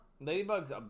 Ladybug's